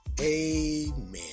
Amen